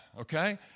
okay